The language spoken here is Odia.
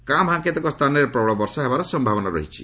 କାଁ ଭାଁ କେତେକ ସ୍ଥାନରେ ପ୍ରବଳ ବର୍ଷା ହେବାର ସମ୍ଭାବନା ରହିଛି